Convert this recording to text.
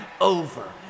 over